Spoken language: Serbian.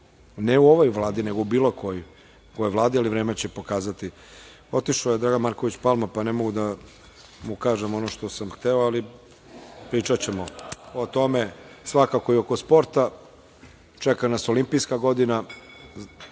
ne u ovoj Vladi, nego u bilo kojoj Vladi, ali vreme će pokazati. Otišao je Dragan Marković Palma, pa ne mogu da mu kažem ono što sam hteo, ali pričaćemo o tome, svakako i oko sporta. Čeka nas olimpijska godina,